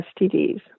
STDs